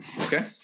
Okay